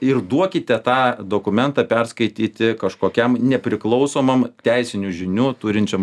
ir duokite tą dokumentą perskaityti kažkokiam nepriklausomam teisinių žinių turinčiam